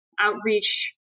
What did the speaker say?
outreach